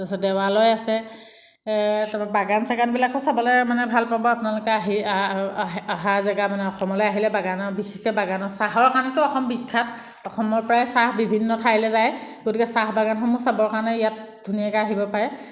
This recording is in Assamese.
তাৰপিছতে দেৱালয় আছে তাৰপৰা বাগান চাগানবিলাকো চাবলৈ মানে ভাল পাব আপোনালোকে আহি আহা জেগা মানে অসমলৈ আহিলে বাগানৰ বিশেষকৈ বাগানৰ চাহৰ কাৰণেতো অসম বিখ্যাত অসমৰপৰাই চাহ বিভিন্ন ঠাইলৈ যায় গতিকে চাহ বাগানসমূহ চাবৰ কাৰণে ইয়াত ধুনীয়াকৈ আহিব পাৰে